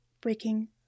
breaking